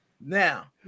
Now